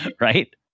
right